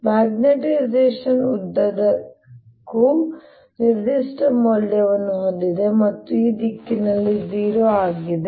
M magnetization ಉದ್ದದ ಉದ್ದಕ್ಕೂ ನಿರ್ದಿಷ್ಟ ಮೌಲ್ಯವನ್ನು ಹೊಂದಿದೆ ಮತ್ತು ಈ ದಿಕ್ಕಿನಲ್ಲಿ 0 ಆಗಿದೆ